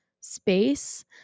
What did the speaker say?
space